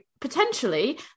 potentially